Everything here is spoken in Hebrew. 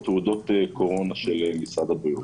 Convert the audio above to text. תודה לכל מי שמשתתף בדיון,